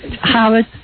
Howard